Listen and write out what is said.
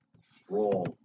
Strong